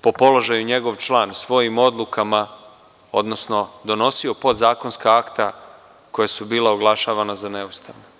po položaju njegov član, svojim odlukama, odnosno donosio podzakonska akta koja su bila oglašavana za neustavna.